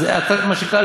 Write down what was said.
אז מה שנקרא,